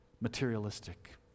Materialistic